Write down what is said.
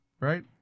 right